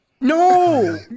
No